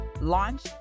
launch